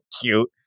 cute